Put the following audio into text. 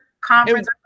conference